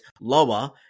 lower